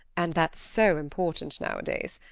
and that's so important nowadays.